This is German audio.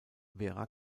vera